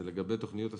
לגבי תוכניות הסיוע,